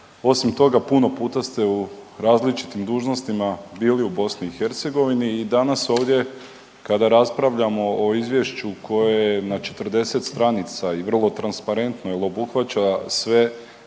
osim toga puno puta ste u različitim dužnostima bili u BiH. I danas ovdje kada raspravljamo o izvješću koje je na 40 stranica i vrlo transparentno jel obuhvaća sve